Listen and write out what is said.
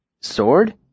Sword